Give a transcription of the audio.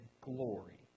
glory